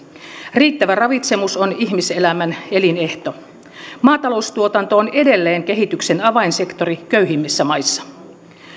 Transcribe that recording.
riittävä ravitsemus on ihmiselämän elinehto maataloustuotanto on edelleen kehityksen avainsektori köyhimmissä maissa